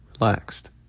relaxed